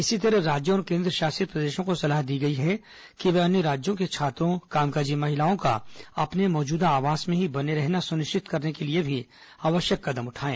इसी तरह राज्यों और केंद्र शासित प्रदेशों को सलाह दी गई है कि ये अन्य राज्यों के छात्रों कामकाजी महिलाओं का अपने मौजूदा आवास में ही बने रहना सुनिश्चित करने के लिए भी आवश्यक कदम उठाएं